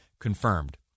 confirmed